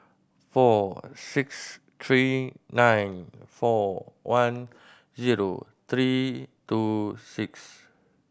four six three nine four one zero three two six